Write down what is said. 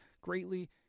Greatly